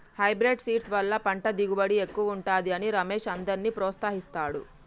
hybrid seeds వల్ల పంట దిగుబడి ఎక్కువుంటది అని రమేష్ అందర్నీ ప్రోత్సహిస్తాడు